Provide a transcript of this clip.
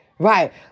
Right